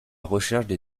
recherche